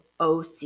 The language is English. OC